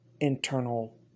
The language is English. internal